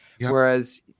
Whereas